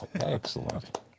excellent